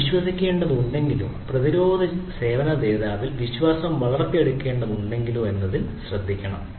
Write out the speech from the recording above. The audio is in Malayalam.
നമ്മൾ വിശ്വസിക്കേണ്ടതുണ്ടെങ്കിലോ പ്രതിരോധ സേവന ദാതാവിൽ വിശ്വാസം വളർത്തിയെടുക്കേണ്ടതുണ്ടെങ്കിലോ എന്നതിൽ ശ്രെദ്ധിക്കണം